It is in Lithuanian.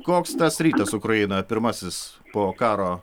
koks tas rytas ukrainoj pirmasis po karo